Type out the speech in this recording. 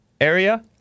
Area